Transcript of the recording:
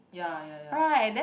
ya ya ya